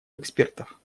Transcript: экспертов